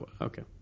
okay